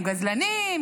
גזלנים,